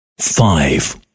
five